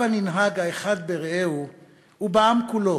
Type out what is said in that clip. הבה ננהג האחד ברעהו ובעם כולו